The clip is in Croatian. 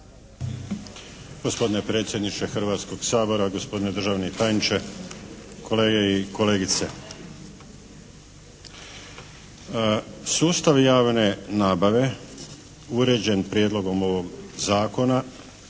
Hrvatskog sabora, gospodine državni tajniče, kolege i kolegice. Sustav javne nabave uređen Prijedlogom ovog zakona